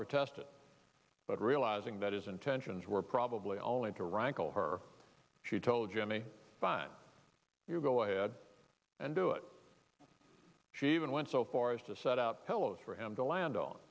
protested but realizing that his intentions were probably only to rankle her she told jimmy fine you go ahead and do it she even went so far as to set up pillows for him to land on